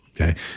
Okay